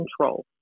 control